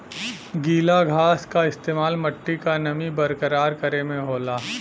गीला घास क इस्तेमाल मट्टी क नमी बरकरार करे में होला